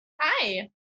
Hi